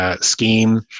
scheme